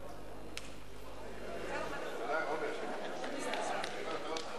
הרווחה והבריאות של